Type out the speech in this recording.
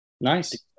Nice